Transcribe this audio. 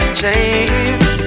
change